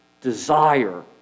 desire